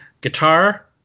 guitar